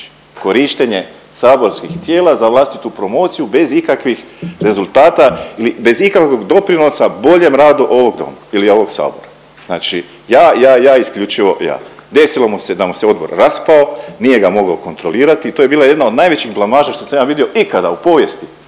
Znači korištenje saborskih tijela za vlastitu promociju bez ikakvih rezultata i bez ikakvog doprinosa boljem radu ovog doma ili ovog sabora. Znači ja, ja, ja isključivo ja. Desilo mu se da mu se odbor raspao, nije ga mogao kontrolirati i to je bila jedna od najvećih blamaža što sam ja vidio ikada u povijesti,